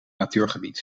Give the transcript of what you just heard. natuurgebied